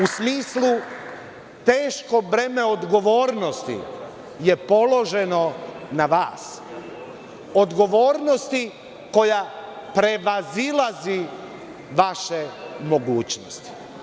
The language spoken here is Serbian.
U smislu, teško breme odgovornosti je položeno na vas, odgovornosti koja prevazilazi vaše mogućnosti.